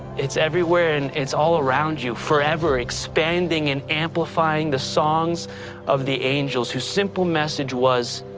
it's everywhere, and it's all around you. forever expanding and amplifying the songs of the angels whose simple message was,